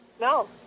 No